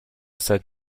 said